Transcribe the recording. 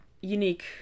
unique